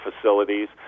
facilities